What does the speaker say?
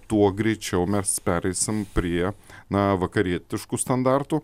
tuo greičiau mes pereisim prie na vakarietiškų standartų